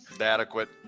Adequate